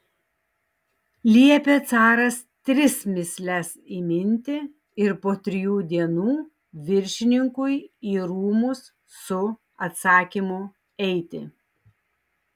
liepė caras tris mįsles įminti ir po trijų dienų viršininkui į rūmus su atsakymu eiti